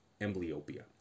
amblyopia